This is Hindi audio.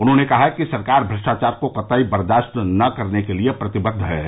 उन्होंने कहा कि सरकार भ्रष्टाचार को कतई बर्दाश्त नहीं करने के लिए प्रतिबद्द है